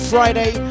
Friday